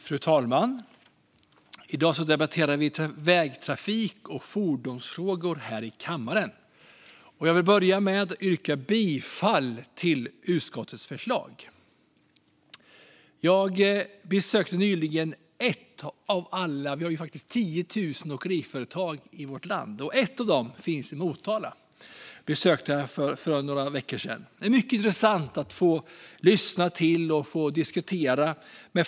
Fru talman! I dag debatterar vi Vägtrafik och fordonsfrågor här i kammaren. Jag vill börja med att yrka bifall till utskottets förslag. Vi har 10 000 åkeriföretag i vårt land. Ett av dem finns i Motala, och det besökte jag för några veckor sedan. Det var mycket intressant att lyssna till dem och att diskutera.